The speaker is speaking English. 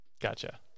Gotcha